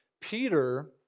Peter